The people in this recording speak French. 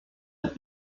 elle